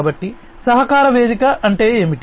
కాబట్టి సహకార వేదిక అంటే ఏమిటి